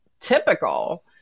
typical